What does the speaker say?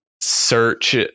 search